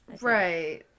Right